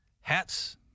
hats